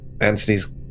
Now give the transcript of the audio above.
Anthony's